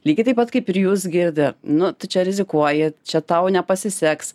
lygiai taip pat kaip ir jūs girdi nu tu čia rizikuoji čia tau nepasiseks